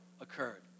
occurred